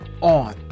on